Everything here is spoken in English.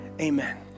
Amen